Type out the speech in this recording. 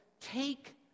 take